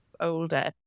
older